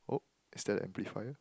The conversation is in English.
oh is that the amplifier